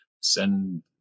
send